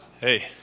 hey